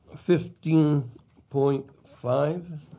fifteen point five,